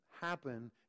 happen